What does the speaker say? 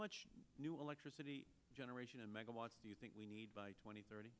much new electricity generation and megawatts do you think we need by twenty thirty